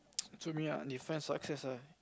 to me ah define success ah